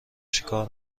چکار